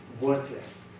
worthless